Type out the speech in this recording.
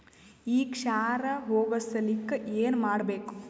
ಈ ಕ್ಷಾರ ಹೋಗಸಲಿಕ್ಕ ಏನ ಮಾಡಬೇಕು?